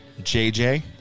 JJ